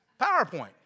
PowerPoint